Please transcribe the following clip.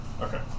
Okay